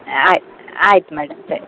ಆಯ್ತ್ ಆಯ್ತು ಮೇಡಮ್ ಸರಿ